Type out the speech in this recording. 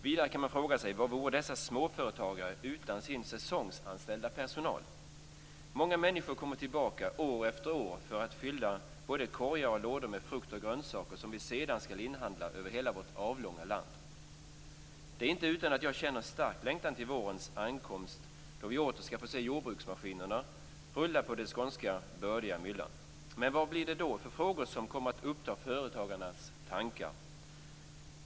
Vidare kan man fråga sig: Vad vore dessa småföretagare utan sin säsongsanställda personal? Många människor kommer tillbaka år efter år för att fylla både korgar och lådor med frukt och grönsaker som vi sedan skall inhandla över hela vårt avlånga land. Det är inte utan att jag känner en stark längtan till vårens ankomst då vi åter skall få se jordbruksmaskinerna rulla på den skånska bördiga myllan. Vad blir det för frågor som kommer att uppta företagarnas tankar?